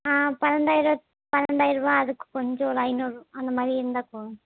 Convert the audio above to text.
ஆ பன்னண்டாயிர பன்னண்டாயர ரூபா அதுக்கு கொஞ்சம் ஒரு ஐந்நூறு அந்தமாதிரி இருந்தால் போதும்